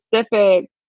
specific